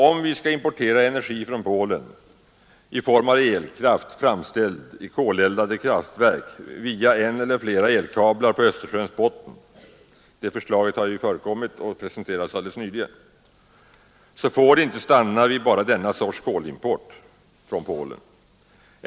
Om vi skall importera energi från Polen i form av elkraft framställd i koleldade kraftverk via en eller flera elkablar på Östersjöns botten — det förslaget har ju framförts och presenterats helt nyligen — får det inte stanna vid bara denna sorts kolimport från Polen.